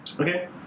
Okay